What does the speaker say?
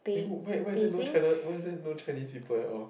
eh who where where there's no China where there no Chinese people at all